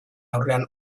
aurrean